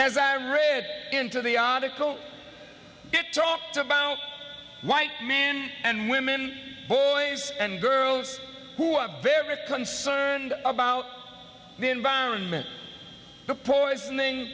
as i read into the article it talked about white men and women boys and girls who are very concerned about the environment the poisoning